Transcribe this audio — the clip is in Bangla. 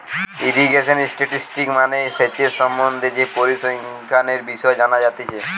ইরিগেশন স্ট্যাটিসটিক্স মানে সেচের সম্বন্ধে যে পরিসংখ্যানের বিষয় জানা যাতিছে